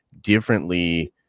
differently